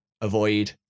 avoid